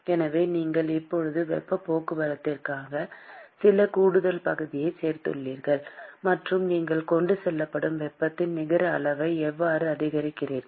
எனவே நீங்கள் இப்போது வெப்பப் போக்குவரத்திற்காக சில கூடுதல் பகுதியைச் சேர்த்துள்ளீர்கள் மற்றும் நீங்கள் கொண்டு செல்லப்படும் வெப்பத்தின் நிகர அளவை எவ்வாறு அதிகரிக்கிறீர்கள்